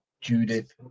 judith